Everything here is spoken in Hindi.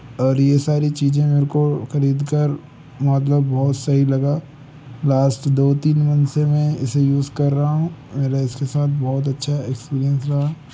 और यह सारी चीज़ें मेरे को ख़रीदकर मतलब बहुत सही लग रहा है लास्ट दो तीन दिन से मैं इसे यूज़ कर रहा हूँ मेरा इसके साथ बहुत अच्छा एक्सपीरियंस रहा